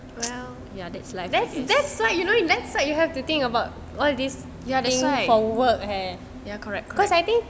well that's that's why that's what you have to think about all this thing for work eh cause I think